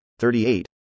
38